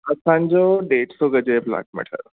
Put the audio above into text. असांजो ॾेढ सौ गज जो प्लॉट में ठहियो